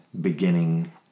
beginning